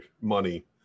money